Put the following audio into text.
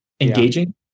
engaging